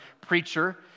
preacher